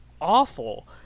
awful